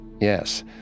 Yes